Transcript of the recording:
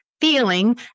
feeling